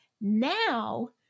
Now